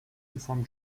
inform